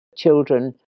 children